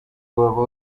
waba